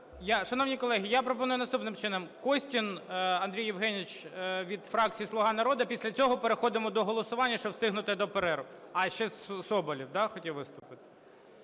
Шановні колеги, я пропоную наступним чином. Костін Андрій Євгенович від фракції "Слуга народу". Після цього переходимо до голосування, щоб встигнути до перерви. А, ще Соболєв, да, хотів виступити?